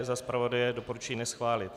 Za zpravodaje doporučuji neschválit.